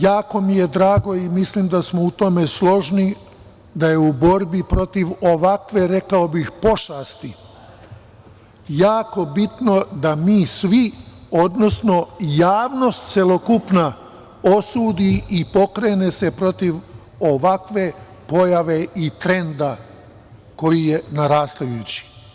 Jako mi je drago i mislim da smo u tome složni, da je u borbi protiv ovakve, rekao bih pošasti, jako bitno da mi svi, odnosno javnost celokupna osudi i pokrene se protiv ovakve pojave i trenda, koji je narastajući.